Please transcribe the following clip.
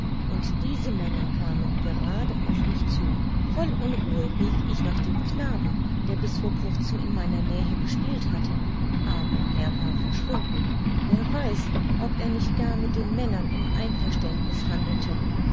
und diese männer kamen gerade auf mich zu voll unruhe rief ich nach dem knaben der bis vor kurzem in meiner nähe gespielt hatte aber er war verschwunden wer weiß ob er nicht gar mit den männern im einverständniß handelte